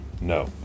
No